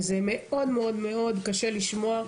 וזה מאד מאד קשה לשמוע,